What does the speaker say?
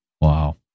Wow